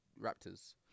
Raptors